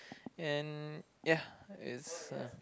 and ya it's uh